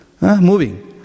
moving